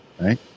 Right